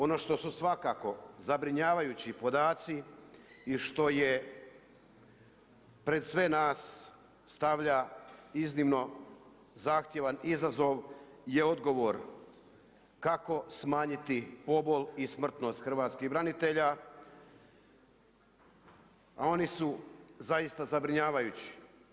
Ono što su svakako zabrinjavajući podaci i što je pred sve nas stavlja iznimno zahtjevan izazov je odgovor, kako smanjiti pobol i smrtnost hrvatskih branitelja, a oni su zaista zabrinjavajući.